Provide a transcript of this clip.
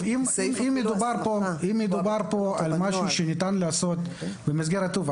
אם מדובר פה על משהו שניתן לעשות במסגרת טובה